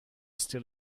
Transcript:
still